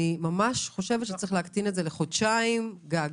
אני חושבת שצריך להקטין את זה לחודשיים גג.